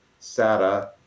SATA